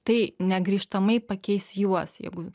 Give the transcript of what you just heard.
tai negrįžtamai pakeis juos jeigu